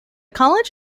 college